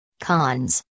Cons